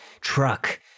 truck